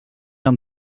amb